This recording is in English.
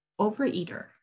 overeater